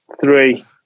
Three